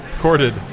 Courted